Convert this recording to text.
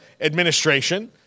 administration